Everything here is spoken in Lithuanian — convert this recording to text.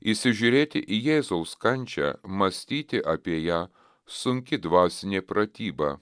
įsižiūrėti į jėzaus kančią mąstyti apie ją sunki dvasinė pratyba